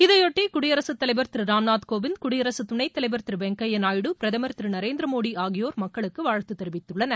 இதைபொட்டி குடியரசுத் தலைவர் திரு ராம்நாத் கோவிந்த் குடியரசுத் துணைத்தலைவர் திரு வெங்கையா நாயுடு பிரதமர் திரு நரேந்திர மோடி ஆகியோர் மக்களுக்கு வாழ்த்து தெரிவித்துள்ளனர்